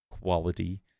quality